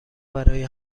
برای